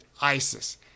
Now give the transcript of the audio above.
ISIS